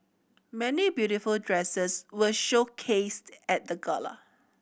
many beautiful dresses were showcased at the gala